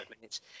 minutes